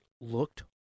looked